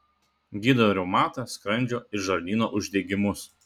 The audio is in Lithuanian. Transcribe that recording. gydo reumatą skrandžio ir žarnyno uždegimus